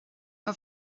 mae